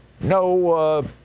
no